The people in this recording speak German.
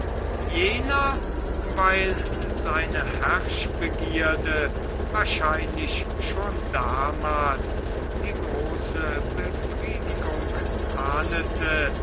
jener weil seine herrschbegierde wahrscheinlich schon damals die große befriedigung ahnete